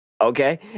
Okay